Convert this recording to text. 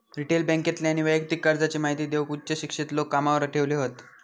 retail बॅन्केतल्यानी वैयक्तिक कर्जाची महिती देऊक उच्च शिक्षित लोक कामावर ठेवले हत